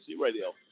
Radio